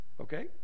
Okay